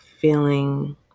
feeling